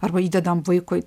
arba įdedam vaikui